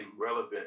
relevant